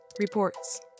Reports